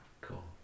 Cool